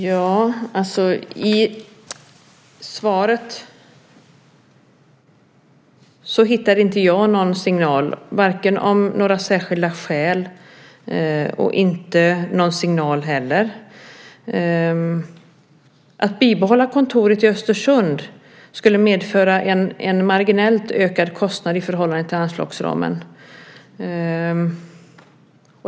Fru talman! I svaret hittar jag inte några särskilda skäl och ingen signal. Att bibehålla kontoret i Östersund skulle medföra en marginellt ökad kostnad i förhållande till anslagsramen.